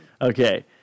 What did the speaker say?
Okay